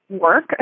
work